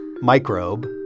microbe